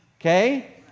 okay